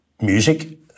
music